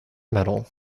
medal